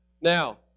now